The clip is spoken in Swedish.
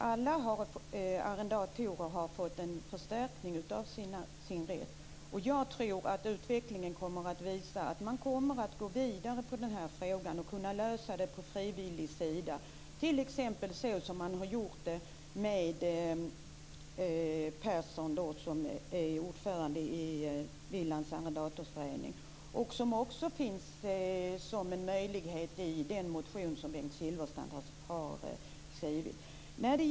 Alla arrendatorer har fått en förstärkning av sin rätt, och jag tror att utvecklingen kommer att visa att man går vidare i den här frågan och att man kan lösa den på frivillig väg, t.ex. så som man har gjort när det gäller Persson, som är ordförande i Willands arrendatorsförening. Det finns också som en möjlighet i den motion som Bengt Silfverstrand har skrivit.